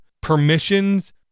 permissions